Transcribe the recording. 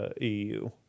EU